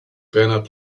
bernhard